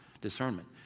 discernment